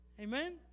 Amen